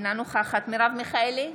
אינה נוכחת מרב מיכאלי,